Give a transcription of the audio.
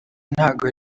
ntago